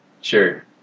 Sure